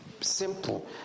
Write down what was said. Simple